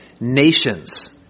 nations